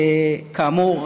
כאמור,